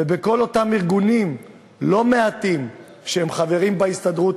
ובכל אותם ארגונים לא מעטים שחברים בהסתדרות,